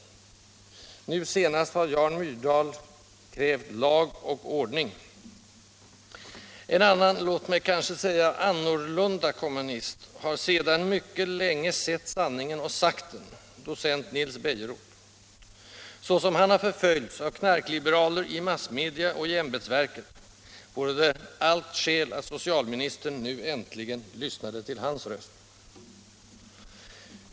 Nu senast har Jan Myrdal krävt ”lag och ordning”. En annan — låt mig säga annorlunda - kommunist har sedan mycket länge sett sanningen och sagt den: docent Nils Bejerot. Så som han har förföljts av knarkliberaler i massmedia och i ämbetsverk vore det allt skäl att socialministern nu äntligen lyssnade till hans röst.